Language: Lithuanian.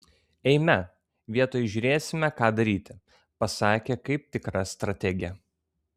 eime vietoj žiūrėsime ką daryti pasakė kaip tikra strategė